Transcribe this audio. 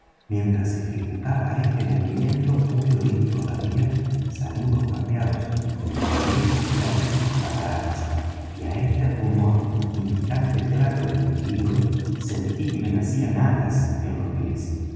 mientras ejecutaba este movimiento pude oir todavía saludos cambiados entre el viejo pirata y sus camaradas y á este rumor indicante claro de mi peligro sentí que me nacían alas en los pies